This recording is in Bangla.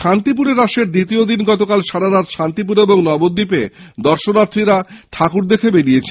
শান্তিপুরে রাসের দ্বিতীয় দিন গতকাল সারারাত শান্তিপুর এবং নবদ্বীপে দর্শনার্থীরা ঠাকুর দেখে বেরিয়েছেন